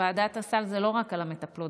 ועדת הסל זה לא רק על המטפלות,